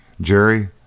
Jerry